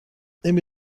نمی